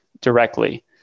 directly